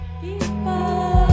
People